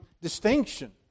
distinction